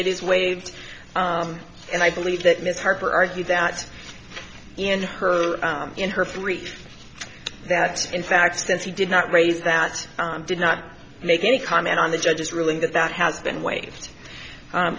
it is waived and i believe that mr harper argued that in her in her free that in fact since he did not raise that did not make any comment on the judge's ruling that that has been wa